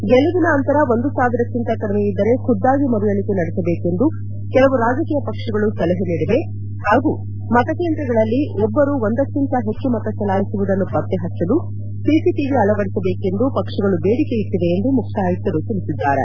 ಗೆಲುವಿನ ಅಂತರ ಒಂದು ಸಾವಿರಕ್ಕಿಂತ ಕಡಿಮೆಯಿದ್ದರೆ ಖುದ್ದಾಗಿ ಮರುಎಣಿಕೆ ನಡೆಸಬೇಕು ಎಂದು ಕೆಲವು ರಾಜಕೀಯ ಪಕ್ಷಗಳು ಸಲಹೆ ನೀಡಿವೆ ಹಾಗೂ ಮತಕೇಂದ್ರಗಳಲ್ಲಿ ಒಬ್ಬರು ಒಂದಕ್ಕಿಂತ ಹೆಚ್ಚು ಮತ ಚಲಾಯಿಸುವುದನ್ನು ಪತ್ತೆಹಚ್ಚಲು ಸಿಸಿಟಿವಿ ಅಳವಡಿಸಬೇಕು ಎಂದೂ ಪಕ್ಷಗಳು ಬೇಡಿಕೆ ಇಟ್ಟಿವೆ ಎಂದು ಮುಖ್ಯ ಆಯುಕ್ತರು ತಿಳಿಸಿದ್ದಾರೆ